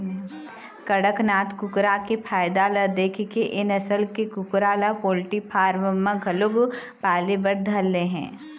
कड़कनाथ कुकरा के फायदा ल देखके ए नसल के कुकरा ल पोल्टी फारम म घलोक पाले बर धर ले हे